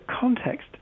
context